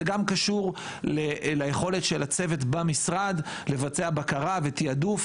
זה גם קשור ליכולת הצוות במשרד לבצע בקרה ותיעדוף,